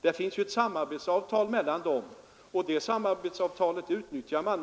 Det finns ju ett samarbetsavtal mellan kommunerna som också tillämpas.